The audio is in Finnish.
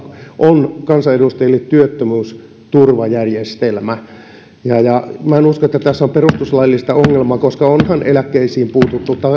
on kansanedustajille työttömyysturvajärjestelmä minä en usko että tässä on perustuslaillista ongelmaa koska onhan eläkkeisiin puututtu